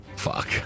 fuck